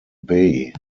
bay